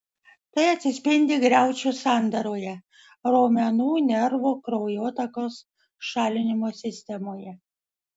tai atsispindi griaučių sandaroje raumenų nervų kraujotakos šalinimo sistemoje